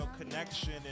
connection